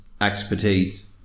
expertise